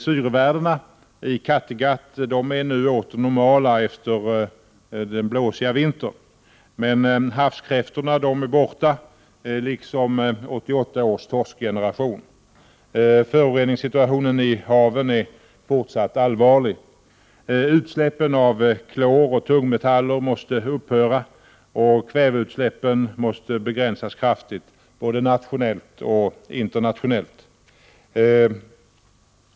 Syrevärdena i Kattegatt är nu åter normala efter den blåsiga vintern, men havskräftorna är borta liksom 1988 års torskgeneration. Föroreningssituationen i haven är fortsatt allvarlig. Utsläppen av klor och tungmetaller måste upphöra, och kväveutsläppen måste begränsas kraftigt, både nationellt och internationellt.